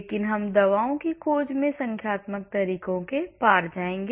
लेकिन हम दवा की खोज में संख्यात्मक तरीकों के पार आएंगे